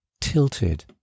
tilted